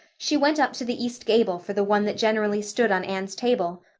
she went up to the east gable for the one that generally stood on anne's table.